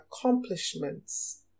accomplishments